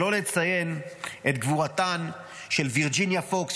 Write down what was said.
אי-אפשר שלא לציין את גבורתן של וירג'יניה פוקס,